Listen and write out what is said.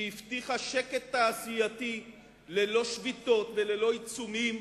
שהבטיחה שקט תעשייתי ללא שביתות וללא עיצומים,